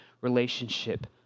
relationship